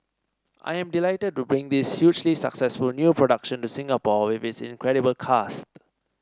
I am delighted to bring this hugely successful new production to Singapore with this incredible cast